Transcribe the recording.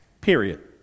period